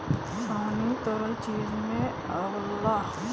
पानी तरल चीज में आवला